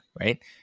right